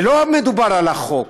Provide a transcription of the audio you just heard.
ולא מדובר על החוק.